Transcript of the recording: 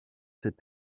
ses